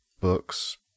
books